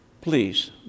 please